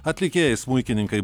atlikėjai smuikininkai